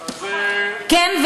אז, כן.